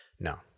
No